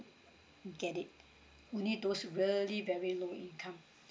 get it only those really very low income